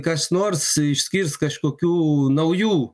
kas nors išskirs kažkokių naujų